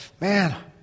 man